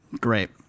Great